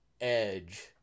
Edge